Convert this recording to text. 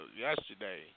yesterday